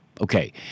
Okay